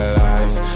life